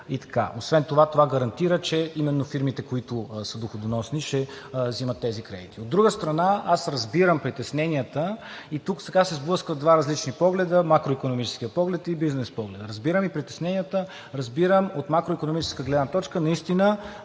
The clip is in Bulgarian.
Освен това, това гарантира, че именно фирмите, които са доходоносни, ще взимат тези кредити. От друга страна, аз разбирам притесненията. Тук се сблъскват два различни погледа – макроикономическият поглед и бизнес погледът. Разбирам и притесненията, разбирам, че от макроикономическа гледна точка наистина